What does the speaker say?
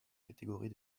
catégorie